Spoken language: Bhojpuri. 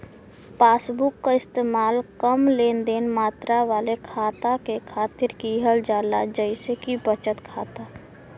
पासबुक क इस्तेमाल कम लेनदेन मात्रा वाले खाता के खातिर किहल जाला जइसे कि बचत खाता